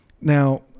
Now